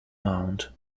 mount